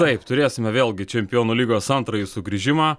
taip turėsime vėlgi čempionų lygos antrąjį sugrįžimą